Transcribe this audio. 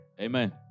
Amen